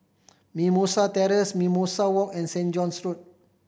Mimosa Terrace Mimosa Walk and St John's Road